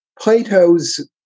Plato's